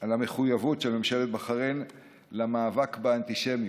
על המחויבות של ממשלת בחריין למאבק באנטישמיות.